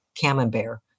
camembert